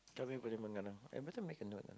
kami boleh mengarang I better make a note on that